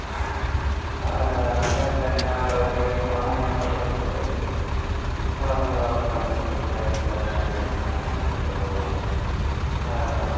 அதனால இப்போ நான் நான் இப்போ கோயிலுக்கு போனனா என் படத்தை போட்டு ஒரு நல்ல ஒரு கமெண்ட்ஸ போட்டு கீழே இங்கேருக்குறுகேன் அப்படீண்டு போடுவேன் அதனால்